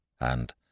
and